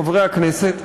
חברי הכנסת.